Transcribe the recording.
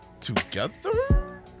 together